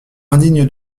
indigne